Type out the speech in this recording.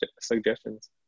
suggestions